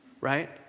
right